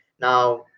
Now